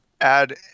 add